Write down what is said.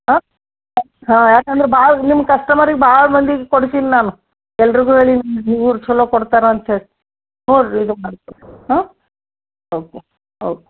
ಆಂ ಹಾಂ ಯಾಕಂದ್ರೆ ಭಾಳ ನಿಮ್ಗೆ ಕಸ್ಟಮರಿಗೆ ಭಾಳ ಮಂದಿಗೆ ಕೊಡ್ಸೀನಿ ನಾನು ಎಲ್ಲರಿಗೂ ಹೇಳೀನಿ ಇವ್ರು ಛಲೋ ಕೊಡ್ತಾರೆ ಅಂತ ಹೇಳಿ ನೋಡಿರಿ ಇದು ಮಾಡಿಕೊಡಿ ಹಾಂ ಓಕೆ ಓಕ್